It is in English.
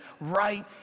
right